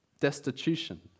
destitution